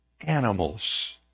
animals